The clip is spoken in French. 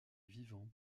vivant